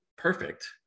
perfect